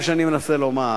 מה שאני מנסה לומר,